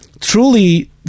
truly